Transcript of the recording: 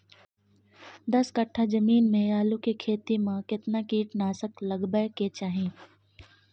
दस कट्ठा जमीन में आलू के खेती म केतना कीट नासक लगबै के चाही?